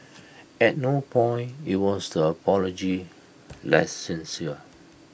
at no point we wants the apology less sincere